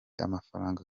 amafaranga